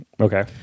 Okay